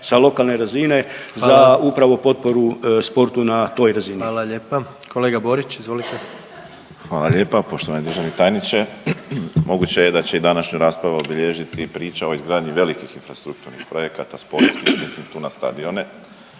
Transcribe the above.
sa lokalne razine za upravo potporu sportu na toj razini. **Jandroković, Gordan (HDZ)** Hvala lijepa. Kolega Borić izvolite. **Borić, Josip (HDZ)** Hvala lijepa. Poštovani državni tajniče. Moguće je da će i današnju rasprava obilježiti priča o izgradnji velikih infrastrukturnih projekata sportskih i mislim tu na stadione,